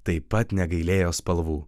taip pat negailėjo spalvų